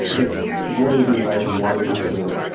it's what is innovation, why do we have to do it,